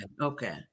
Okay